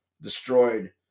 destroyed